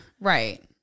Right